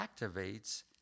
activates